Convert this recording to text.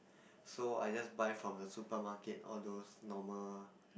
so I just buy from the supermarket all those normal